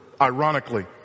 Ironically